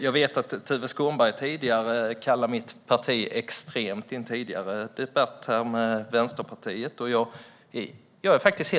Jag vet att Tuve Skånberg i en tidigare debatt här med Vänsterpartiet kallade mitt parti extremt.